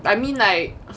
I mean like